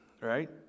right